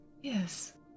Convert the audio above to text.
Yes